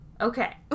Okay